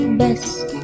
best